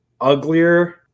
uglier